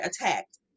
attacked